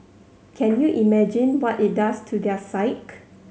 can you imagine what it does to their psyche